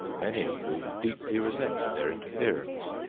many of whom deeply resent their interference.